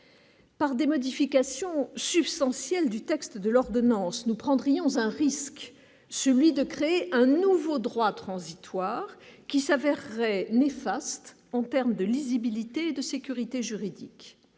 Par des modifications substantielles du texte de l'ordonnance nous prendrions un risque : celui de créer un nouveau droit transitoire qui s'avère très néfastes en terme de lisibilité de sécurité juridique